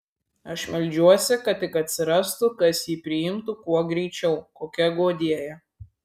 aš meldžiuosi kad tik atsirastų kas jį priimtų kuo greičiau kokia guodėja